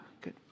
good